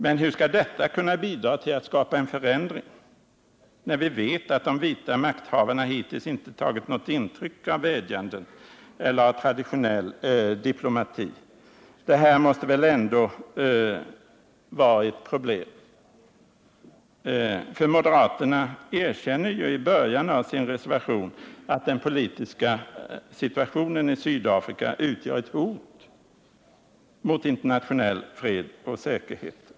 Men hur skall detta kunna bidra till att skapa en förändring, när vi vet att de vita makthavarna hittills inte tagit något intryck av vädjanden eller av traditionell diplomati? Det här måste väl ändå vara ett problem. För moderaterna erkänner ju i början av sin reservation att den politiska situationen i Sydafrika utgör ett hot mot internationell fred och säkerhet.